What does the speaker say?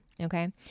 okay